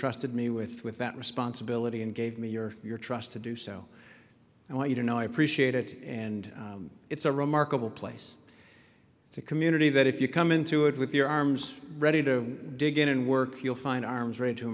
trusted me with with that responsibility and gave me your your trust to do so i want you to know i appreciate it and it's a remarkable place it's a community that if you come into it with your arms ready to dig in and work you'll find arms r